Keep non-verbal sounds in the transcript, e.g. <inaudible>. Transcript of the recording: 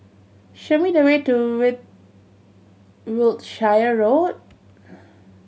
show me the way to way Wiltshire Road <noise>